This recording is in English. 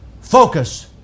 focus